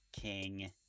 King